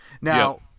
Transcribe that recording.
Now